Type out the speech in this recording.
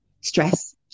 stress